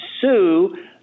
sue –